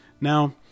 Now